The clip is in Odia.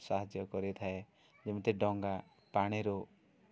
ସାହାଯ୍ୟ କରିଥାଏ ଯେମିତି ଡଙ୍ଗା ପାଣିରୁ